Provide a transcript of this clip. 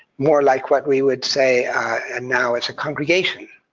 more like what we would say ah now as a congregation.